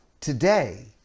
today